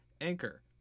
Anchor